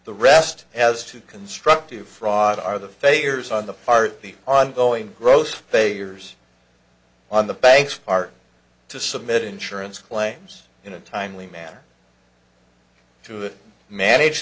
the rest has to construct to fraud are the failures on the far the ongoing gross failures on the banks part to submit insurance claims in a timely manner to manage